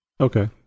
Okay